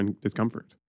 discomfort